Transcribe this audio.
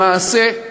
למעשה,